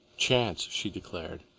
chance, she declared,